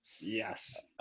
Yes